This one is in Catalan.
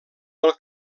del